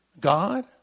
God